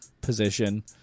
position